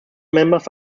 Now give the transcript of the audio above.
members